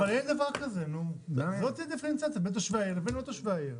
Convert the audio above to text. אבל זאת הדיפרנציאציה בין תושבי העיר לבין לא תושבי העיר.